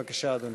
בבקשה, אדוני.